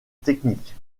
technique